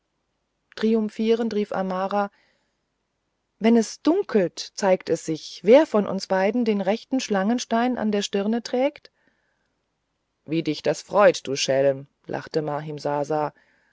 triumphierend rief amara wenn es dunkelt zeigt es sich wer von uns beiden den rechten schlangenstein an der stirn trägt wie das dich freut du schelm lachte